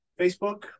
Facebook